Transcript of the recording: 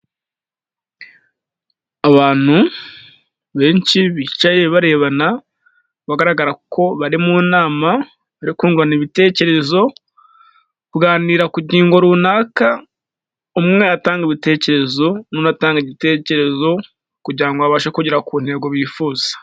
Abantu benshi bicaye barebana, bagaragara ko bari mu nama, bari kungurana ibitekerezo, kuganira ku ngingo runaka, umwe atanga ibitekerezo n'undi atanga igitekerezo kugira ngo babashe kugera ku ntego bifuza.